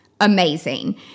amazing